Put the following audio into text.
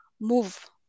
Move